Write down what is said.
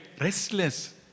restless